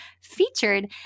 featured